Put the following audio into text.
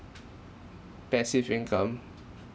passive income